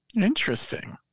Interesting